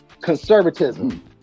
conservatism